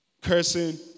Cursing